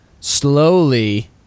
slowly